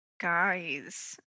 Guys